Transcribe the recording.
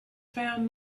found